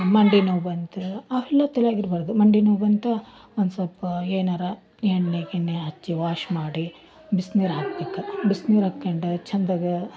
ಮಂಡಿನೋವು ಬಂತು ಅವೆಲ್ಲ ತಲೆಯಾಗ ಇರ್ಬಾರ್ದು ಮಂಡಿನೋವು ಬಂತಾ ಒಂದು ಸೊಲ್ಪ ಏನಾರ ಎಣ್ಣೆ ಗಿಣ್ಣೆ ಹಚ್ಚಿ ವಾಶ್ ಮಾಡಿ ಬಿಸ್ನೀರು ಹಾಕಬೇಕು ಬಿಸ್ನೀರು ಹಾಕ್ಯಂಡು ಚಂದಗ